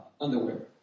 Underwear